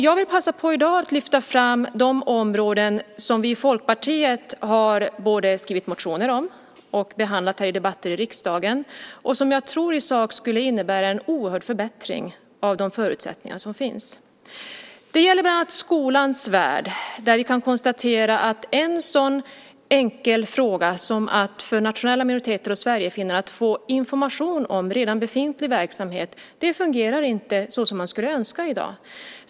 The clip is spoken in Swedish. Jag vill i dag passa på att lyfta fram de områden som vi i Folkpartiet skrivit motioner om och tagit upp i debatter i riksdagen och som jag tror i sak skulle innebära en oerhörd förbättring av de förutsättningar som finns. Det gäller bland annat skolans värld. Där kan vi konstatera att en sådan enkel sak som att sverigefinnar och andra nationella minoriteter ska få information om redan befintlig verksamhet i dag inte fungerar så som man skulle önska.